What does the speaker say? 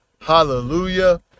Hallelujah